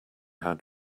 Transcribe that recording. had